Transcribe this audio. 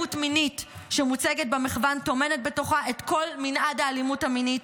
האלימות המינית שמוצגת במחוון טומנת בתוכה את כל מנעד האלימות המינית,